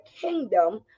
kingdom